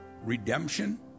redemption